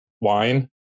wine